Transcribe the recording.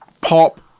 pop